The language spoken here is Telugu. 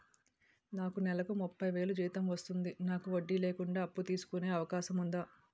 నాకు నేలకు ముప్పై వేలు జీతం వస్తుంది నాకు వడ్డీ లేకుండా అప్పు తీసుకునే అవకాశం ఉందా